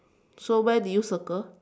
so where did you circle